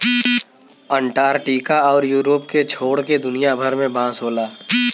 Antarctica आउर Europe के छोड़ के दुनिया भर में बांस होला